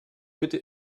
bitte